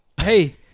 Hey